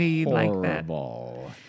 horrible